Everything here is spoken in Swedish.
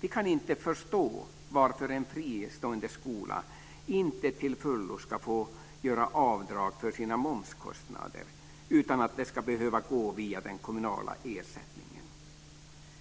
Vi kan inte förstå varför en fristående skola inte till fullo ska få göra avdrag för sina momskostnader, utan att det ska behöva gå via den kommunala ersättningen.